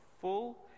full